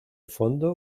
fondo